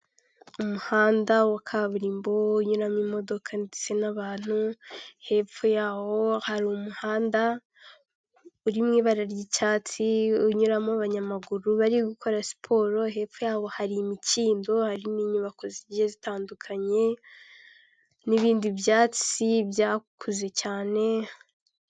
Umuhanda wa kaburimbo unyuyuramo imodoka, ndetse n'abantu hepfo yawo hari, umuhanda uri mu ibara ry'icyatsi unyuramo abanyamaguru bari gukora siporo, hepfo yabo hari imikindo hari n'inyubako zigiye zitandukanye n'ibindi byatsi byakuze cyane.